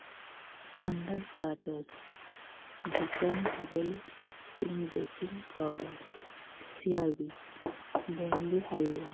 under ᱯᱞᱟᱴᱟᱨ ᱵᱷᱤᱠᱟᱱ double acting baking powder ᱥᱮᱭᱟᱨᱵᱤᱠ ᱵᱳᱢᱵᱮ ᱦᱟᱞᱣᱟ